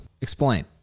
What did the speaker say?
Explain